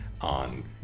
on